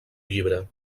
llibre